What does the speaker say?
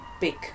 big